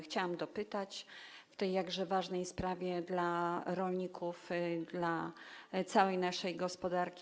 Chciałam dopytać w tej jakże ważnej sprawie dla rolników, dla całej naszej gospodarki.